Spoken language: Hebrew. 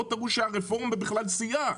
בואו תראו שהרפורמה בכלל סייעה.